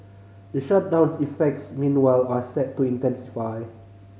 the shutdown's effects meanwhile are set to intensify